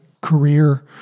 career